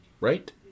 Right